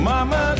Mama